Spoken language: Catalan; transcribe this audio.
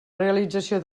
realització